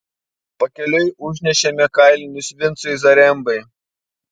pakeliui užnešėme kailinius vincui zarembai